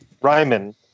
Ryman